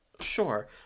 Sure